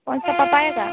कौन सा पपाया का